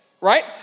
Right